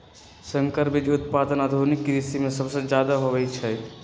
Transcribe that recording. संकर बीज उत्पादन आधुनिक कृषि में सबसे जादे होई छई